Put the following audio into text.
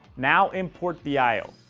now, import the i o,